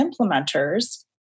implementers